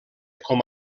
com